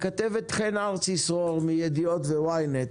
הכתבת חן ארצי סרור מידיעות ו-YNET